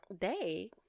day